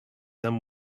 them